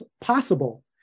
possible